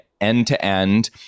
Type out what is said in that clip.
end-to-end